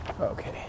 Okay